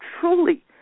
truly